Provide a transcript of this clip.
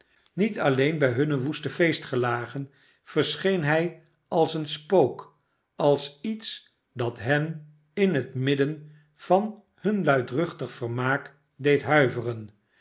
niet alleen bij hunne woeste feestgelagen verscheen hi als een spook als iets dat hen in het midden van hun luidruchtig vermaak deed huiveren